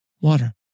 Water